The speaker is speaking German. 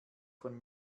von